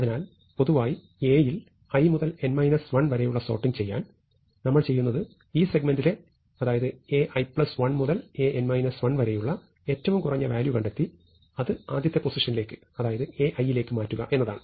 അതിനാൽ പൊതുവായി Aയിൽ i മുതൽ n 1 വരെയുള്ള സോർട്ടിങ് ചെയ്യാൻ നമ്മൾ ചെയ്യുന്നത് ഈ സെഗ്മെന്റിലെ അതായത് Ai1 മുതൽ An 1 വരെയുള്ള ഏറ്റവും കുറഞ്ഞ വാല്യൂ കണ്ടെത്തി അത് ആദ്യത്തെ പൊസിഷനിലേക്ക് അതായത് Ai ലേക്ക് മാറ്റുക എന്നതാണ്